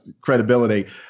credibility